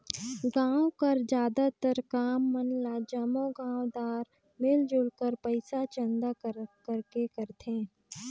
गाँव कर जादातर काम मन ल जम्मो गाँवदार मिलजुल कर पइसा चंदा करके करथे